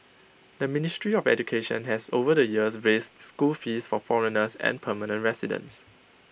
the ministry of education has over the years raised school fees for foreigners and permanent residents